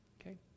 Okay